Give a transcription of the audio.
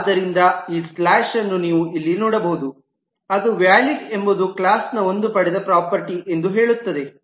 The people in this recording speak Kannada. ಆದ್ದರಿಂದ ಈ ಸ್ಲ್ಯಾಷ್ ಅನ್ನು ನೀವು ಇಲ್ಲಿ ನೋಡಬಹುದು ಅದು ಈಸ್ ವ್ಯಾಲಿಡ್ ಎಂಬುದು ಕ್ಲಾಸ್ನ ಒಂದು ಪಡೆದ ಪ್ರಾಪರ್ಟೀ ಎಂದು ಹೇಳುತ್ತದೆ